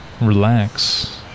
relax